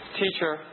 teacher